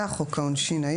"חוק העונשין".